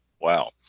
Wow